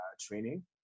training